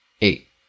eight